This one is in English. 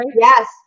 Yes